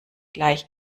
gleich